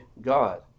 God